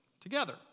together